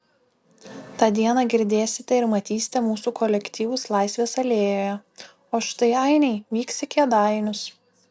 tą dieną girdėsite ir matysite mūsų kolektyvus laisvės alėjoje o štai ainiai vyks į kėdainius